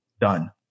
done